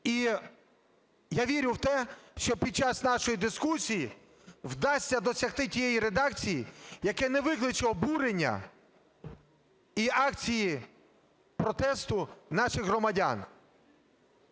І я вірю в те, що під час нашої дискусії вдасться досягти тієї редакції, яка не викличе обурення і акції протесту наших громадян.